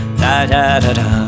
da-da-da-da